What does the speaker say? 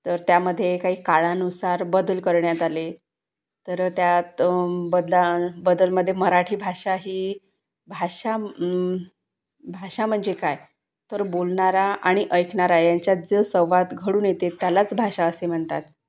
तर त्यामध्ये काही काळानुसार बदल करण्यात आले तर त्यात बदाल बदलामध्ये मराठी भाषा ही भाषा भाषा म्हणजे काय तर बोलणारा आणि ऐकणारा यांच्यात जो संवाद घडून येते त्यालाच भाषा असे म्हणतात